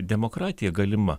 demokratija galima